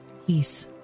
peace